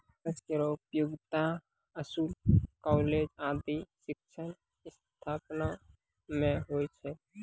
कागज केरो उपयोगिता स्कूल, कॉलेज आदि शिक्षण संस्थानों म होय छै